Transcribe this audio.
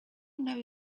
know